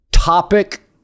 Topic